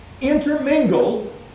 intermingled